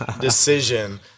decision